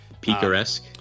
Picaresque